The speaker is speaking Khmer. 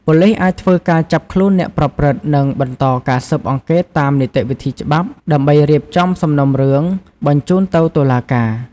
ប៉ូលិសអាចធ្វើការចាប់ខ្លួនអ្នកប្រព្រឹត្ត និងបន្តការស៊ើបអង្កេតតាមនីតិវិធីច្បាប់ ដើម្បីរៀបចំសំណុំរឿងបញ្ជូនទៅតុលាការ។